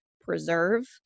preserve